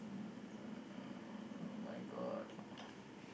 uh [oh]-my-god